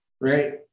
right